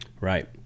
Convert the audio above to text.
right